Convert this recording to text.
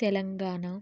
Telangana